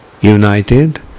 united